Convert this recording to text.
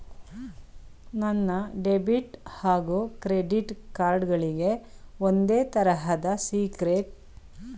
ನನ್ನ ಡೆಬಿಟ್ ಹಾಗೂ credit card ಗಳಿಗೆ ಒಂದೇ ತರಹದ ಸೀಕ್ರೇಟ್ ಪಿನ್ ಇಡಬಹುದೇ?